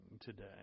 today